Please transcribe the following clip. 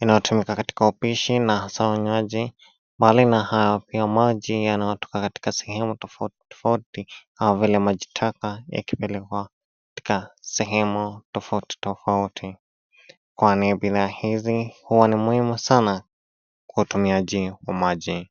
inayotumika katika upishi na hasa unywaji bali na hayo pia maji yanayotoka katika sehemu tofauti tofauti kama vile maji taka yakipelekwa katika sehemu tofauti tofauti kwani bidhaa hizi huwa ni muhimu sana kutumia maji.